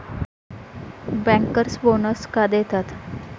Bankers bonus का देतात?